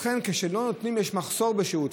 לכן, כשלא נותנים, יש מחסור בשירות.